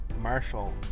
Marshall